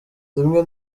rimwe